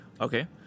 Okay